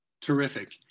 Terrific